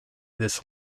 this